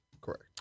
correct